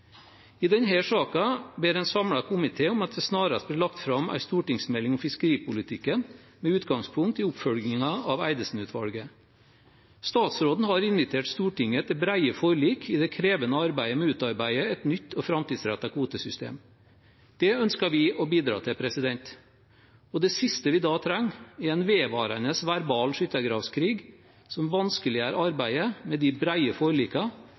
I denne saken ber en samlet komité om at det snarest blir lagt fram en stortingsmelding om fiskeripolitikken med utgangspunkt i oppfølgingen av Eidesen-utvalget. Statsråden har invitert Stortinget til brede forlik i det krevende arbeidet med å utarbeide et nytt og framtidsrettet kvotesystem. Det ønsker vi å bidra til, og det siste vi da trenger, er en vedvarende verbal skyttergravskrig som vanskeliggjør arbeidet med de